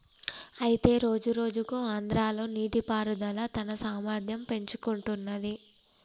అయితే రోజురోజుకు ఆంధ్రాలో నీటిపారుదల తన సామర్థ్యం పెంచుకుంటున్నది